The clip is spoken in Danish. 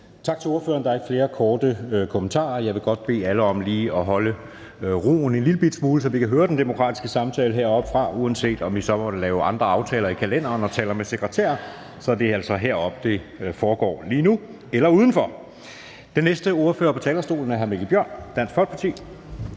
Tak til ordføreren. Der er ikke flere korte bemærkninger. Og jeg vil godt lige bede alle om at holde roen en lillebitte smule, så vi kan høre den demokratiske samtale heroppefra. Uanset om man så måtte lave andre aftaler i kalenderen eller man taler med sekretæren, så er der altså heroppe, det lige nu foregår, eller udenfor. Den næste ordfører på talerstolen er hr. Mikkel Bjørn, Dansk Folkeparti.